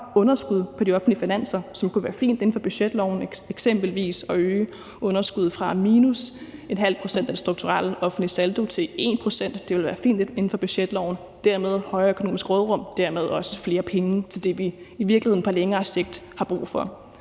underskud på de offentlige finanser, hvilket kunne være fint nok inden for budgetlovens rammer, eksempelvis ved at øge underskuddet fra minus 0,5 pct. af den strukturelle offentlige saldo til 1 pct. Det ville være fint inden for budgetlovens rammer, og dermed ville vi få et højere økonomisk råderum og dermed også flere penge til det, vi i virkeligheden på længere sigt har brug for.